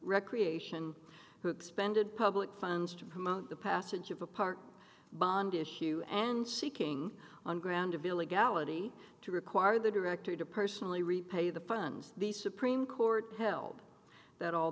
recreation who expended public funds to promote the passage of a park bond issue and seeking on ground of illegality to require the director to personally repay the funds the supreme court held that al